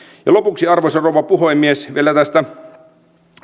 lopuksi arvoisa rouva puhemies vielä tästä